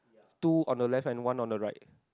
two on the left and one on the right